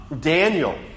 Daniel